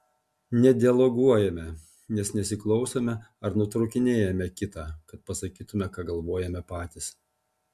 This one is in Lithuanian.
nedialoguojame nes nesiklausome ar nutraukinėjame kitą kad pasakytumėme ką galvojame patys